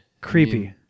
Creepy